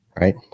right